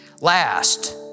Last